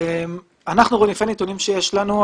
לפי הנתונים שיש לנו,